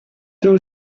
two